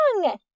wrong